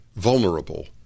vulnerable